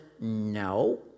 no